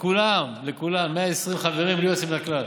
לכולם, 120 חברים בלי יוצא מהכלל.